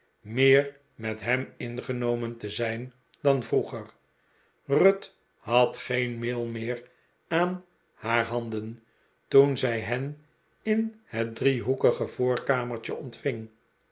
meer met hem ingenomen te zijn dan vroeger ruth had geen meel meer aan haar handen toen zij hen in het driehoekige voorkamertje ontving